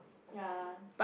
ya